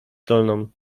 dolną